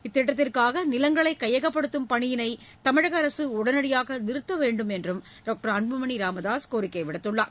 இத்திட்டத்திற்காக நிலங்களை கையகப்படுத்தும் பணியினை தமிழக அரசு உடனடியாக நிறுத்த வேண்டும் என்றும் டாக்டர் அன்புமணி ராமதாஸ் கோரியுள்ளார்